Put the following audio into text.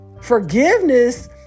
Forgiveness